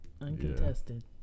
uncontested